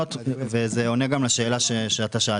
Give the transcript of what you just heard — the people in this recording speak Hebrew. וזה עונה גם לשאלה שחבר